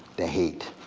the hate